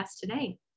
today